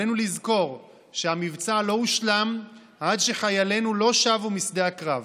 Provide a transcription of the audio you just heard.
עלינו לזכור שהמבצע לא הושלם עד שחיילינו לא שבו משדה הקרב,